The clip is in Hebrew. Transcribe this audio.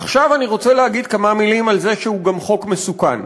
עכשיו אני רוצה להגיד כמה מילים על זה שהוא גם חוק מסוכן.